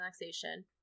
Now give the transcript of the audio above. relaxation